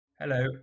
Hello